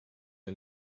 wir